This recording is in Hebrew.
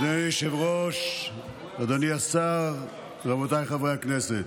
אדוני היושב-ראש, אדוני השר, רבותיי חברי הכנסת,